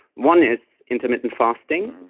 one is intermittent fasting